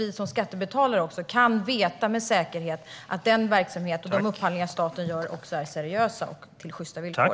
Vi skattebetalare ska veta med säkerhet att den verksamhet och de upphandlingar staten gör också är seriösa och till sjysta villkor.